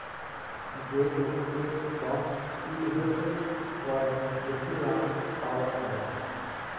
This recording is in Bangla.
যে জমিতে কম ইলভেসেট ক্যরে বেশি লাভ পাউয়া যায়